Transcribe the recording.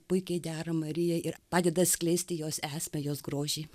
puikiai dera marijai ir padeda skleisti jos esmę jos grožį